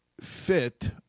fit